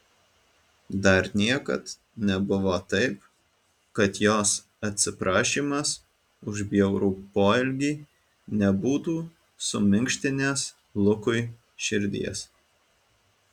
dar niekad nebuvo taip kad jos atsiprašymas už bjaurų poelgį nebūtų suminkštinęs lukui širdies